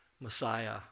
Messiah